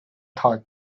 thought